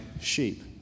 sheep